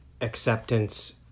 acceptance